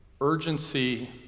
Urgency